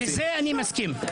לזה אני מסכים.